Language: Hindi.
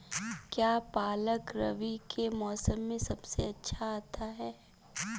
क्या पालक रबी के मौसम में सबसे अच्छा आता है?